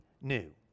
new